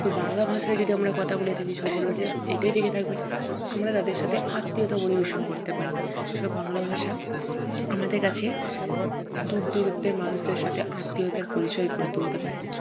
তো বাংলা ভাষায় যদি আমরা কথা বলে থাকি এটাই দেখে থাকবেন আমরা তাদের সাথে আত্মীয়তা পরিবেশন করতে পারি সব বাংলা ভাষা আমাদের কাছে দূর দূরত্বের মানুষদের সাথে আত্মীয়তার পরিচয় গড়ে তুলতে পারে